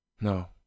No